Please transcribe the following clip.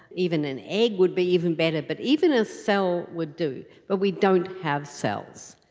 even an egg would be even better, but even a cell would do, but we don't have cells,